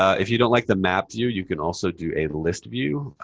if you don't like the map view, you can also do a list view.